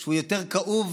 שהוא יותר כאוב,